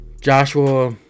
Joshua